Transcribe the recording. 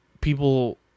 people